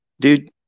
Dude